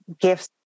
gifts